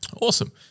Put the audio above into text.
Awesome